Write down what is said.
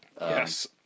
Yes